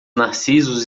narcisos